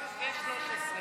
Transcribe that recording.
12 ו-13.